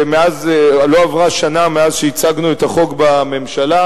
לא עברה שנה מאז הצגנו את החוק בממשלה,